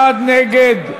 אחד נגד,